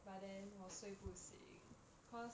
but then 我睡不醒 cause